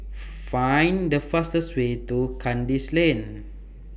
Find The fastest Way to Kandis Lane